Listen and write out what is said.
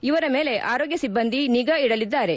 ಇವರ ಮೇಲೆ ಆರೋಗ್ಕ ಸಿಬ್ಬಂದಿ ನಿಗಾ ಇಡಲಿದ್ದಾರೆ